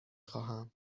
خواهم